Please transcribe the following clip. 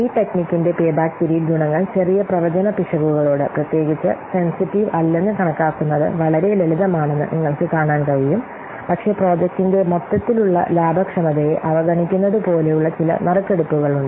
ഈ ടെക്നിക്കിന്റെ pay back period ഗുണങ്ങൾ ചെറിയ പ്രവചന പിശകുകളോട് പ്രത്യേകിച്ച് സെൻസിറ്റീവ് അല്ലെന്ന് കണക്കാക്കുന്നത് വളരെ ലളിതമാണെന്ന് നിങ്ങൾക്ക് കാണാൻ കഴിയും പക്ഷേ പ്രോജക്ടിന്റെ മൊത്തത്തിലുള്ള ലാഭക്ഷമതയെ അവഗണിക്കുന്നതുപോലെയുള്ള ചില നറുക്കെടുപ്പുകളുണ്ട്